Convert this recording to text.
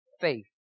faith